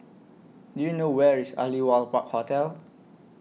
Do YOU know Where IS Aliwal Park Hotel